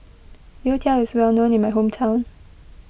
Youtiao is well known in my hometown